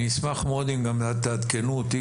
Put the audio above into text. אני אשמח מאוד אם תעדכנו גם אותי,